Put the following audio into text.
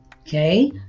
Okay